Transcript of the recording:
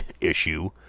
issue